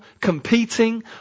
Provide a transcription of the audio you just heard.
competing